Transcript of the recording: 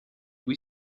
cui